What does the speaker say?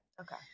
Okay